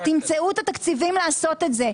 תמצאו את התקציבים לעשות זאת.